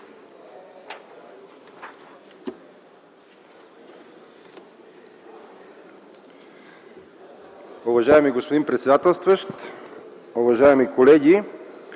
Уважаеми господин председателстващ, уважаеми колеги!